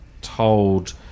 told